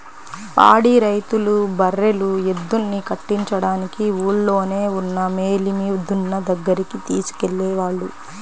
పాడి రైతులు బర్రెలు, ఎద్దుల్ని కట్టించడానికి ఊల్లోనే ఉన్న మేలిమి దున్న దగ్గరికి తీసుకెళ్ళేవాళ్ళు